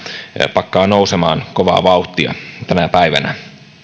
pakkaa nousemaan kovaa vauhtia tänä päivänä